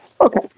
Okay